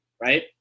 right